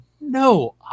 no